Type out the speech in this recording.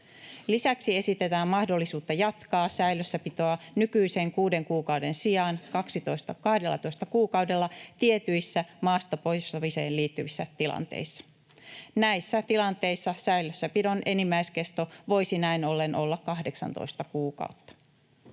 Lisäksi esitetään mahdollisuutta jatkaa säilössäpitoa nykyisen kuuden kuukauden sijaan 12 kuukaudella tietyissä maasta poistamiseen liittyvissä tilanteissa. Näissä tilanteissa säilössäpidon enimmäiskesto voisi näin ollen olla 18 kuukautta.